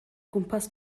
gwmpas